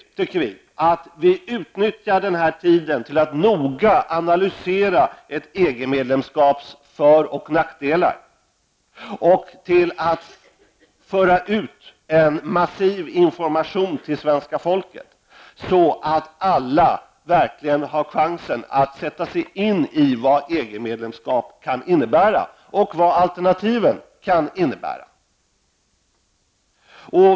Vi tycker att det är viktigt att vi utnyttjar tiden till att noga analysera fördelar och nackdelar med ett EG-medlemskap och till att föra ut en massiv information till svenska folket. Alla måste få en chans att sätta sig in i vad ett EG-medlemskap och vad alternativen skulle innebära.